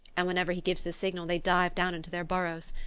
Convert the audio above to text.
and whenever he gives the signal they dive down into their burrows.